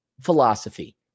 philosophy